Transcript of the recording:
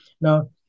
Now